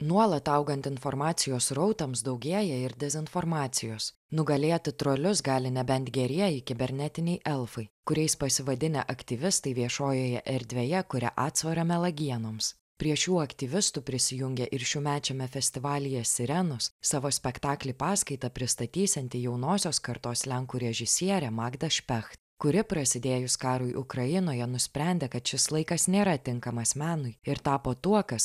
nuolat augant informacijos srautams daugėja ir dezinformacijos nugalėti trolius gali nebent gerieji kibernetiniai elfai kuriais pasivadinę aktyvistai viešojoje erdvėje kuria atsvarą melagienoms prie šių aktyvistų prisijungė ir šiųmečiame festivalyje sirenos savo spektaklį paskaitą pristatysianti jaunosios kartos lenkų režisierė magda špecht kuri prasidėjus karui ukrainoje nusprendė kad šis laikas nėra tinkamas menui ir tapo tuo kas